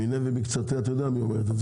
מינה ומקצתה אתה יודע מי אומר את זה?